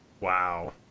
Wow